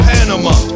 Panama